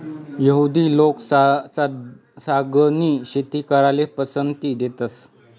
यहुदि लोक तागनी शेती कराले पसंती देतंस